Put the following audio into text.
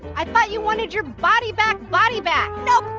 i thought you wanted your body back, body back. nope,